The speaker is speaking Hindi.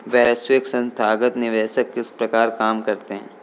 वैश्विक संथागत निवेशक किस प्रकार काम करते हैं?